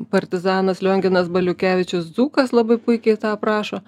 partizanas lionginas baliukevičius dzūkas labai puikiai tą aprašo